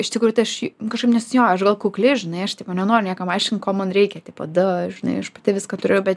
iš tikrųjų tai aš kažkaip nes jo aš gal kukli žinai aš tipo nenoriu niekam aiškint ko man reikia tipo da žinai aš pati viską turiu bet